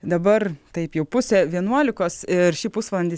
dabar taip jau pusė vienuolikos ir šį pusvalandį